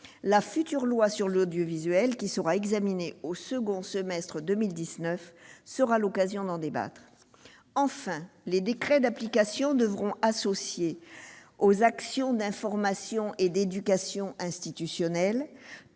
La future loi sur l'audiovisuel, qui sera examinée au second semestre 2019, sera l'occasion d'en débattre. Enfin, les décrets d'application devront associer aux « actions d'information et d'éducation institutionnelle